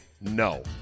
no